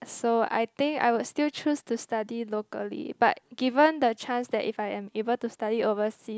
so I think I would still choose to study locally but given the chance that if I'm able to study overseas